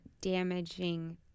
damaging